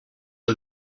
are